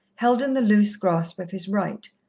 held in the loose grasp of his right.